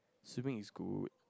swimming is good